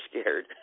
scared